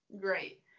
great